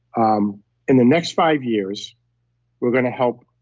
um in the next five years we're going to help